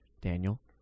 Daniel